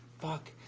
fuck,